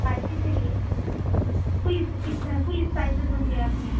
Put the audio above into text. spicy چاہیے full full spices ہوں گے آپ میں